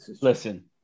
Listen